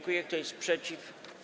Kto jest przeciw?